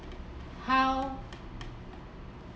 how